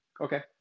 Okay